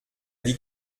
dit